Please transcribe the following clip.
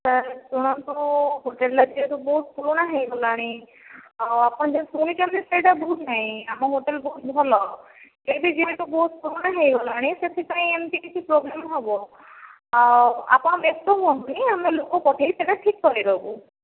sir ଶୁଣନ୍ତୁ ହୋଟେଲ୍ଟା ଯେହେତୁ ବହୁତ ପୁରୁଣା ହୋଇଗଲାଣି ଆଉ ଆପଣ ଯେଉଁ ଶୁଣିଛନ୍ତି ସେହିଟା ଭୁଲ ନାହିଁ ଆମ ହୋଟେଲ ବହୁତ ଭଲ ଏବେ ଯେହେତୁ ବହୁତ ପୁରୁଣା ହୋଇଗଲାଣି ସେଥିପାଇଁ ଏମିତି କିଛି ପ୍ରୋବ୍ଲେମ୍ ହେବ ଆଉ ଆପଣ ବ୍ୟସ୍ତ ହୁଅନ୍ତୁନି ଆମେ ଲୋକ ପଠାଇ ସେଟା ଠିକ କରାଇଦେବୁ